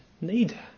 need